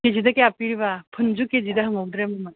ꯀꯦꯖꯤꯗ ꯀꯌꯥ ꯄꯤꯔꯤꯕ ꯐꯨꯜꯁꯨ ꯀꯦꯖꯤꯗ ꯍꯪꯍꯧꯗ꯭ꯔꯦ ꯃꯃꯜ